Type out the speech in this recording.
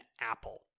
apple